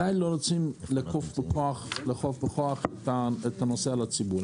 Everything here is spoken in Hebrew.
שאנחנו לא רוצים לאכוף בכוח את הנושא על הציבור,